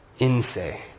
inse